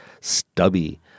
stubby